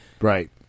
Right